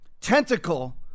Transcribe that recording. tentacle